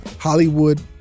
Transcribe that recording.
Hollywood